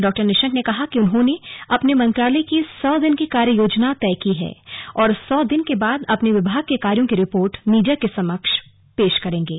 डॉ निशंक ने कहा कि उन्होंने अपने मंत्रालय की सौ दिन की कार्य योजना तय की है और सौ दिन के बाद अपने विभाग के कार्यो की रिपोर्ट मीडिया के समक्ष पेश करेंगे